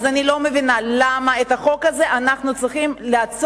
אז אני לא מבינה למה את החוק הזה אנחנו צריכים לעצור,